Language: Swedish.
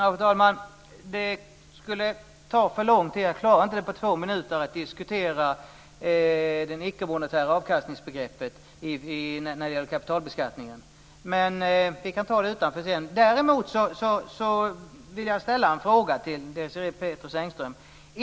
Fru talman! Det skulle ta för lång tid - jag klarar det inte på två minuter - att diskutera begreppet ickemonetär avkastning när det gäller kapitalbeskattningen. Vi kan ta det utanför sedan. Pethrus Engström.